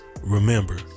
remember